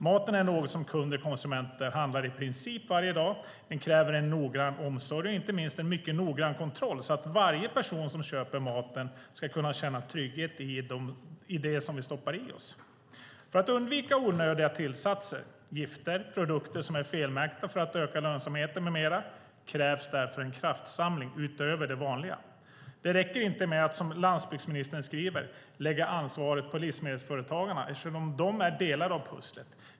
Mat är något som kunder och konsumenter handlar i princip varje dag. Den kräver noggrann omsorg och inte minst en mycket noggrann kontroll, så att varje person som köper mat kan känna trygghet i det som vi stoppar i oss. För att undvika onödiga tillsatser - gifter, produkter som är felmärkta för att öka lönsamheten med mera - krävs därför en kraftsamling utöver det vanliga. Det räcker inte med att, som landsbygdsministern skriver, lägga ansvaret på livsmedelsföretagarna, eftersom de är delar av pusslet.